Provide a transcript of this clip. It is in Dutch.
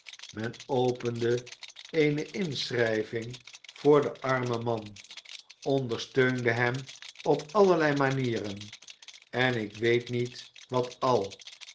men opende eene inschrijving voor den armen man ondersteunde hem op allerlei manieren en ik weet niet w r at al